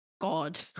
God